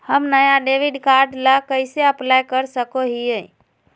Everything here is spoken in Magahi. हम नया डेबिट कार्ड ला कइसे अप्लाई कर सको हियै?